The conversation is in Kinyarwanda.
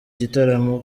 gitaramo